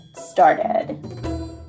started